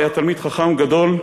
היה תלמיד חכם גדול,